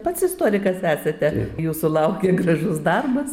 pats istorikas esate jūsų laukia gražus darbas